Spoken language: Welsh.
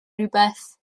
rhywbeth